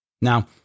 Now